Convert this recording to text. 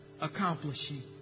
accomplishing